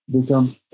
become